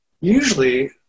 usually